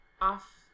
off